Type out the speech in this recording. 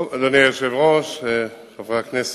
אדוני היושב-ראש, חברי הכנסת,